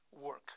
work